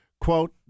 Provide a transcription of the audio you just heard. quote